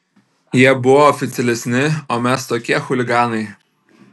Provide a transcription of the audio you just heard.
jie buvo oficialesni o mes tokie chuliganai